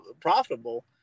profitable